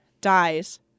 dies